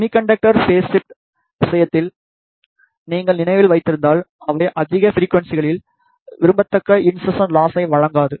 semiconductor phase shift விஷயத்தில் நீங்கள் நினைவில் வைத்திருந்தால் அவை அதிக ஃபிரிக்வன்சியில்களில் விரும்பத்தக்க இன்செர்சன் லாஸை வழங்காது